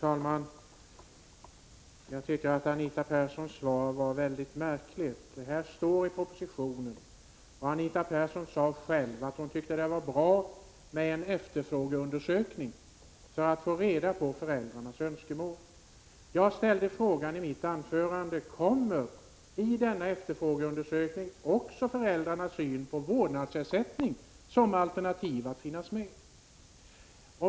Herr talman! Jag tycker att Anita Perssons svar var märkligt. Det står i propositionen — och Anita Persson sade själv att hon tyckte att det var bra — att det skall göras en efterfrågeundersökning för att ta reda på föräldrarnas önskemål. Jag frågade i mitt anförande: Kommer i denna undersökning också föräldrarnas syn på vårdnadsersättning som alternativ att finnas med?